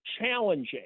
challenging